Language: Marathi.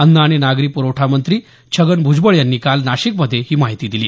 अन्न आणि नागरी प्रखठामंत्री छगन भ्जबळ यांनी काल नाशिकमध्ये ही माहिती दिली